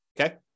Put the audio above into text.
okay